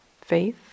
faith